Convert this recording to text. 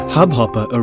Hubhopper